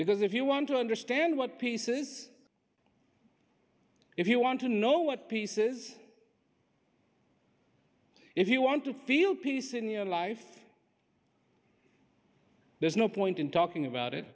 because if you want to understand what pieces if you want to know what pieces if you want to feel peace in your life there's no point in talking about it